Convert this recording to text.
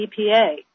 EPA